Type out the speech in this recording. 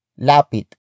lapit